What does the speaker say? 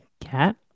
cat